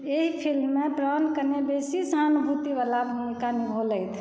एहि फिलिममे प्राण कनेक बेसी सहानुभूतिवला भूमिका निभौलथि